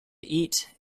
eat